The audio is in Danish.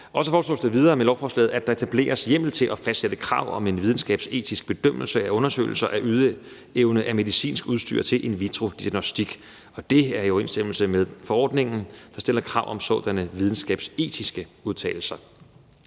Og så foreslås det videre med lovforslaget, at der etableres hjemmel til at fastsætte krav om en videnskabsetisk bedømmelse af undersøgelser af ydeevne af medicinsk udstyr til in vitro-diagnostik, og det er i overensstemmelse med forordningen, der stiller krav om sådanne videnskabsetiske udtalelser.